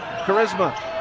Charisma